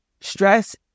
stress